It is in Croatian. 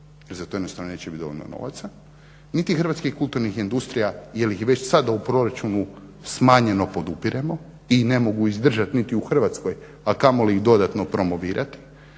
za to jednostavno neće biti dovoljno novaca niti hrvatskih kulturnih industrija jel ih već sada u proračunu smanjeno podupiremo i ne mogu izdržati niti u Hrvatskoj a kamoli ih dodatno promovirati